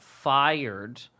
fired